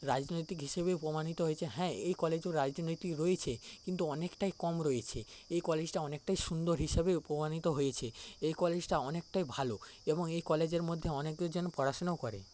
রাজনৈতিক হিসেবে প্রমাণিত হয়েছে হ্যাঁ এই কলেজেও রাজনীতি রয়েছে কিন্তু অনেকটাই কম রয়েছে এই কলেজটা অনেকটা সুন্দর হিসেবে প্রমাণিত হয়েছে এই কলেজটা অনেকটাই ভালো এবং এই কলেজের মধ্যে অনেকজন পড়াশুনোও করে